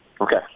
Okay